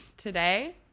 Today